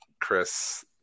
Chris